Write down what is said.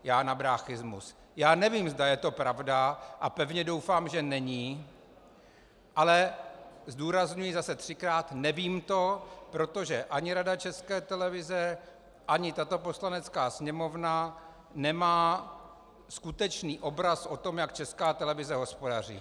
Já nevím, zda je to pravda, a pevně doufám, že není, ale zdůrazňuji zase třikrát nevím to, protože ani Rada České televize ani tato Poslanecká sněmovna nemá skutečný obraz, jak Česká televize hospodaří.